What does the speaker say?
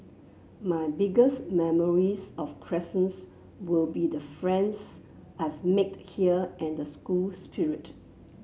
my biggest memories of Crescents will be the friends I've here and the school spirit